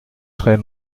très